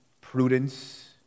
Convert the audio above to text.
prudence